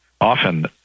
Often